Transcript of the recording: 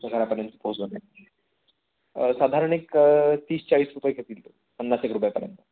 घरापर्यंत पोचवण्यासाठी साधारण एक तीस चाळीस रुपये घेतील तो पन्नास एक रुपयापर्यंत